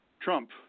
Trump